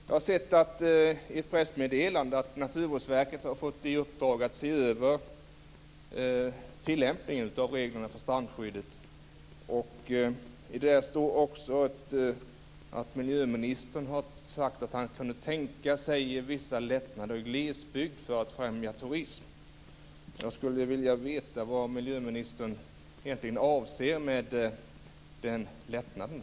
Jag har sett i ett pressmeddelande att Naturvårdsverket har fått i uppdrag att se över tillämpningen av reglerna för strandskyddet, och där står det också att miljöministern har sagt att han kunde tänka sig vissa lättnader i glesbygd för att främja turism. Jag skulle vilja veta vad miljöministern egentligen avser med de lättnaderna.